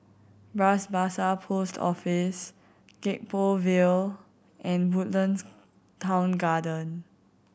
Bras Basah Post Office Gek Poh Ville and Woodlands Town Garden